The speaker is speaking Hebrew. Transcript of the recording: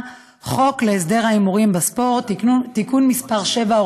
בחוק להסדר ההימורים בספורט (תיקון מס' 7,